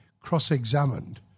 cross-examined